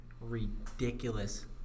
ridiculous